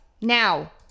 Now